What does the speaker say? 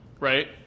Right